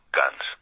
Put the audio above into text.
guns